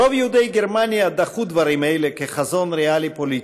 רוב יהודי גרמניה דחו דברים אלה כחזון ריאלי-פוליטי,